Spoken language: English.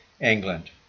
England